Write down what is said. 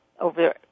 over